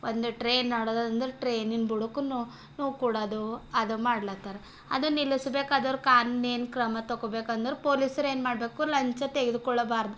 ಒಂದು ಟ್ರೈನ್ ಹೊಡೆದಂದ್ರೆ ಟ್ರೈನಿನ ಬುಡಕ್ಕೂ ನಾವು ಕೊಡೋದು ಅದು ಮಾಡ್ಲತ್ತಾರ ಅದು ನಿಲ್ಲಿಸ್ಬೇಕಾದೋರು ಕಾನೂನೇನು ಕ್ರಮ ತಕೊಬೇಕಂದ್ರೆ ಪೊಲೀಸ್ರು ಏನು ಮಾಡಬೇಕು ಲಂಚ ತೆಗೆದುಕೊಳ್ಳಬಾರ್ದು